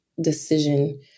decision